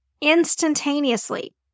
instantaneously